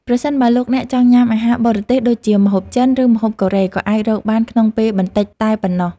ប្រសិនបើលោកអ្នកចង់ញ៉ាំអាហារបរទេសដូចជាម្ហូបចិន ឬម្ហូបកូរ៉េក៏អាចរកបានក្នុងពេលបន្តិចតែប៉ុណ្ណោះ។